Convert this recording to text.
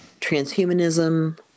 transhumanism